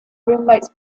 roommate’s